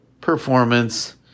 performance